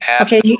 Okay